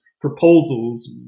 proposals